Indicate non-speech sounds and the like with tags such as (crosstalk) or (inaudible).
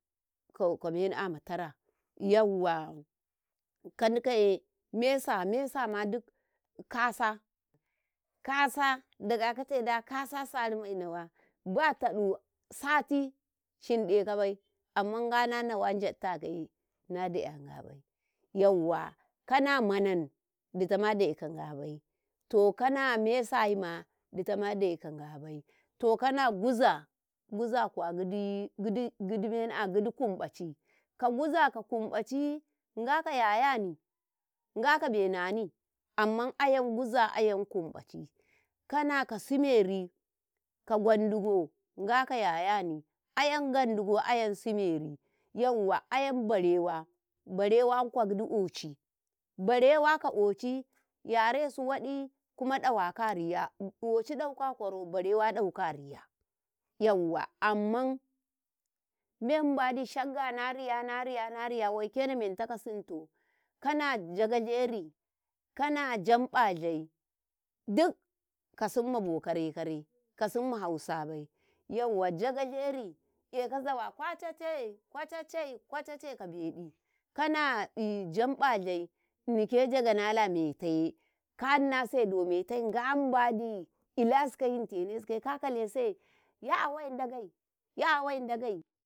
﻿Ka mena'a ma tara, yauwa kanukaye mesa, mesa ma duk kasa kaasa daga kate da kasa sari mai nawa, ba taɗu sati shinde kabai amma Nga na nawa gyadta kaye na dayi Nga bai, yauwa kana manan ditama Ndayeka Nga bai, to kana mesaima ditama Ndayeka Ngabai ,to kana guza, guza kuwa gigda, gigdimena'a, gigdi kumƃaci.ka guza ki kumbaƃacii, Ng aka yayani, Nga ka be nanii amman aiyan guza aiyan kumƃaci kana ka siimeri ka gwandugo Ng aka yayani, aiyan-gwondugo aiyan siimeri, yauwa aiyan berewa, barewa kwaa gigdi ƙoci barawa ka ƙoci yaresu wadii, kuma dawaka a riya (hesitation) ƙoci ɗauka a kwaro, barewa ɗauka a riya, yauwa amman, memba shigga na riya, na riya, na riya waike namentaka si'nto, kana jagajeri kana Njamba dai duka ka simma bo kare-kare ka simma hausabai yauwa jagajeri eka zawa kwaacacei, kwaacacei ka beɗi kana (hesitation) Njamba dai Nnike jagau nalemetaye ka Nninase do metai Ngambadi ilasikau, yintene sikaye ka kalese Nyawai-Ndagai, Nyawai-Ndagai.